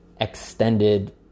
extended